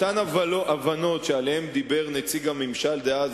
אותן הבנות שעליהן דיבר נציג הממשל דאז,